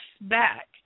back